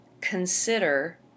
consider